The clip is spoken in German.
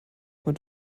mit